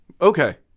Okay